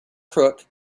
crook